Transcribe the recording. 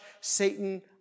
Satan